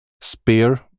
spear